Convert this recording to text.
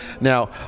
Now